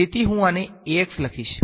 તેથી હું આને લખીશ